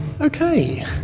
Okay